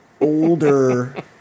older